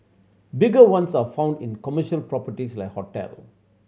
bigger ones are found in commercial properties like hotel